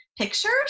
pictures